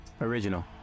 original